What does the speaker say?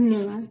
धन्यवाद